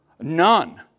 None